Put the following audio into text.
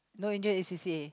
no you need to join C_C_A